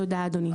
תודה, אדוני.